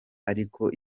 ariko